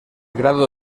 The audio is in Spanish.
grado